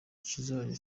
kizajya